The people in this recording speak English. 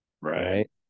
right